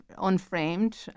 unframed